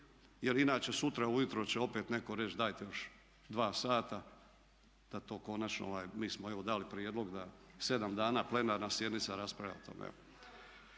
jer inače sutra ujutro će opet netko reći dajte još dva sata da to konačno, mi smo evo dali prijedlog da sedam dana plenarna sjednica raspravlja o tome.